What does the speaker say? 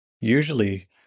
usually